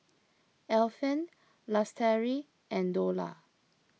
Alfian Lestari and Dollah